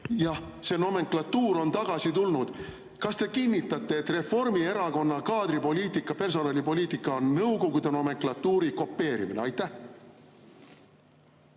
... see nomenklatuur on tagasi tulnud. Kas te kinnitate, et Reformierakonna kaadripoliitika, personalipoliitika on nõukogude nomenklatuuri kopeerimine? ...